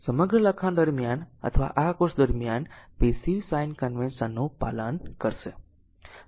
સમગ્ર લખાણ દરમિયાન અથવા આ કોર્સ દરમિયાન પેસીવ સાઈન કન્વેશન નું પાલન કરશે